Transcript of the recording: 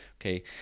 okay